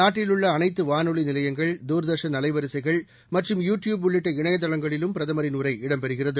நாட்டில் உள்ள அனைத்து வானொலி நிலையங்கள் தூர்தர்ஷன் அலைவரிசைகள் மற்றும் யூ டியூப் உள்ளிட்ட இணையதளங்களிலும் பிரதமரின் உரை இடம் பெறுகிறது